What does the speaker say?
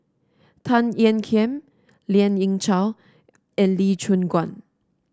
Tan Ean Kiam Lien Ying Chow and Lee Choon Guan